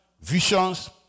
visions